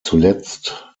zuletzt